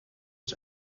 its